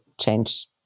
change